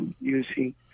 using